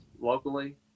locally